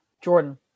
Jordan